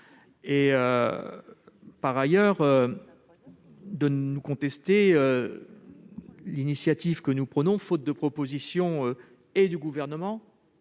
cette valeur ! Vous contestez l'initiative que nous prenons, faute de proposition du Gouvernement